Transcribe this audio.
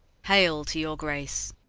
hail to your grace!